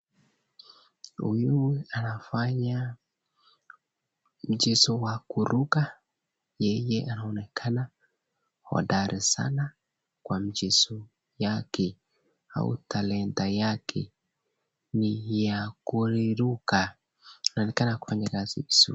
Huyu anafanya mchezo wa kuruka yeye anaonekana hodari sana kwa mchezo yake au talanta yake ni ya kuruka anaonekana kuwa ni,,,,,,